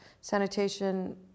sanitation